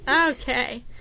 Okay